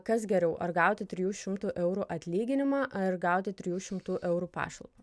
kas geriau ar gauti trijų šimtų eurų atlyginimą ar gauti trijų šimtų eurų pašalpą